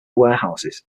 warehouses